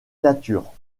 nature